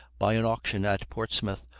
by an auction at portsmouth,